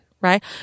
Right